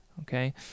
okay